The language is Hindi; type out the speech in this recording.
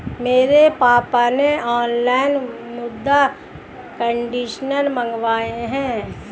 मेरे पापा ने ऑनलाइन मृदा कंडीशनर मंगाए हैं